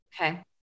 Okay